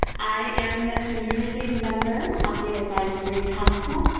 i am the community member on the advisory council.